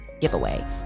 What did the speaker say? giveaway